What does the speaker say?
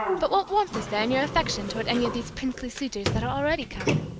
but what warmth is there in your affection towards any of these princely suitors that are already come?